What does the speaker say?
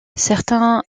certains